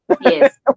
Yes